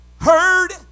heard